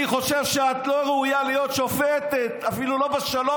אני חושב שאת לא ראויה להיות שופטת אפילו לא בשלום,